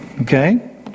Okay